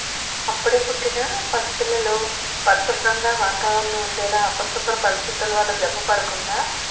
అప్పుడే పుట్టిన పసిపిల్లలు పరిశుభ్రంగా వాతావరణం ఉండేలా అపరిశుభ్ర పరిస్థితుల వల్ల జబ్బు పడకుండా